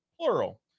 plural